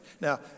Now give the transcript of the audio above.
Now